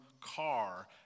car